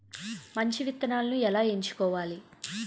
మంచి విత్తనాలను ఎలా ఎంచుకోవాలి?